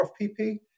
OFPP